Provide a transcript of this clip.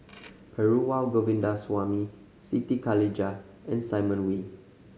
Perumal Govindaswamy Siti Khalijah and Simon Wee